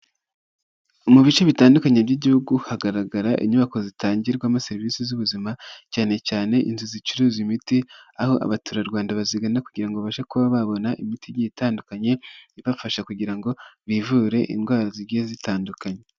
Mu bice bitandukanye by'igihugu, hagaragara inyubako zitangirwamo serivisi z'ubuzima, cyane cyane inzu zicuruza imiti, aho abaturarwanda bazigana kugira bashe kuba babona imiti itandukanye, ibafasha kugira ngo bivure indwara zijye zitandukanye.